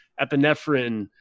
epinephrine